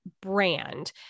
brand